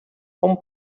como